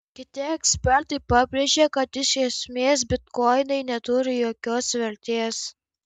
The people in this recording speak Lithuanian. kiti ekspertai pabrėžia kad iš esmės bitkoinai neturi jokios vertės